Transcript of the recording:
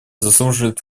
заслуживают